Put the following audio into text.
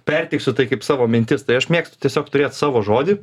perteiksiu tai kaip savo mintis tai aš mėgstu tiesiog turėt savo žodį